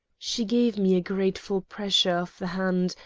she gave me a grateful pressure of the hand,